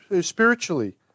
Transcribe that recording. spiritually